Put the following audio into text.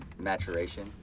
maturation